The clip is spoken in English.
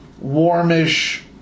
warmish